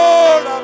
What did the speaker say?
Lord